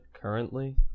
currently